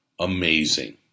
Amazing